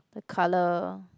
the colour